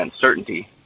certainty